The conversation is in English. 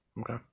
Okay